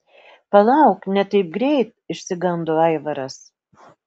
palauk ne taip greit išsigando aivaras